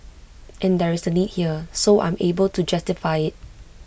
and there is A need here so I'm able to justify IT